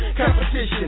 Competition